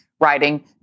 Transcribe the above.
Writing